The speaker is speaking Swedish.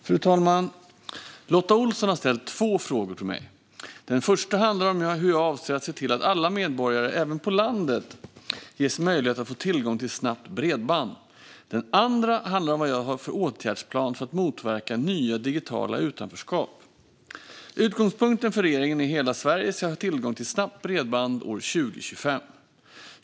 Fru talman! Lotta Olsson har ställt två frågor till mig. Den första handlar om hur jag avser att se till att alla medborgare, även på landet, ges möjlighet att få tillgång till snabbt bredband. Den andra handlar om vad jag har för åtgärdsplan för att motverka nya digitala utanförskap. Utgångspunkten för regeringen är att hela Sverige ska ha tillgång till snabbt bredband år 2025.